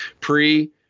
Pre